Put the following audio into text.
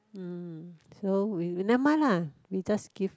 mm so we we nevermind lah we just give